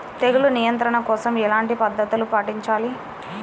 తెగులు నియంత్రణ కోసం ఎలాంటి పద్ధతులు పాటించాలి?